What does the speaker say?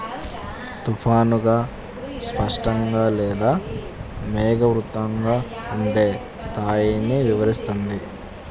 తుఫానుగా, స్పష్టంగా లేదా మేఘావృతంగా ఉండే స్థాయిని వివరిస్తుంది